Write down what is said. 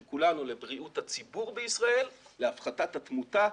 של כולנו, לבריאות הציבור בישראל, להפחתת התמותה,